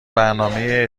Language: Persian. برنامه